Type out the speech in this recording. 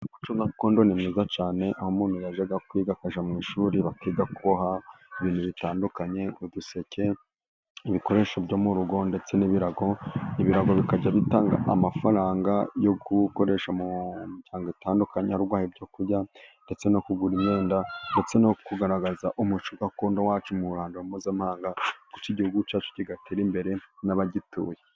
Umuco gakondo ni mwiza cyane aho umuntu yajyaga kwiga mu ishuri bakiga kuboha ibintu bitandukanye: duseke, ibikoresho byo mu rugo ndetse n'ibirago bikajya bitanga amafaranga yo gukoresha mu imiryango atandukanye ari uguhaha ibyo kurya ndetse no kugura imyenda ndetse no kugaragaza umuco gakondo wacu mu ruhando mpuzamahanga kuko igihugu cyacu kigatera imbere n'abagituye.